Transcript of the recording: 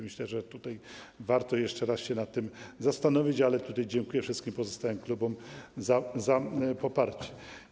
Myślę, że warto jeszcze raz się nad tym zastanowić, ale dziękuję wszystkim pozostałym klubom za poparcie.